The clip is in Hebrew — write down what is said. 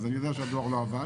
אז אני יודע שהדואר לא עבד.